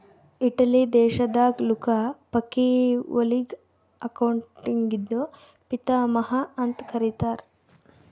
Italy ದೇಶದಾಗ್ Luca ಪಕಿಒಲಿಗ ಅಕೌಂಟಿಂಗ್ದು ಪಿತಾಮಹಾ ಅಂತ್ ಕರಿತ್ತಾರ್